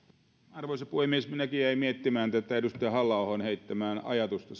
arvoisa puhemies minäkin jäin miettimään tätä edustaja halla ahon heittämää ajatusta